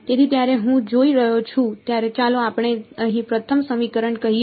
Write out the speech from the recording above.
તેથી જ્યારે હું જોઈ રહ્યો છું ત્યારે ચાલો આપણે અહીં પ્રથમ સમીકરણ કહીએ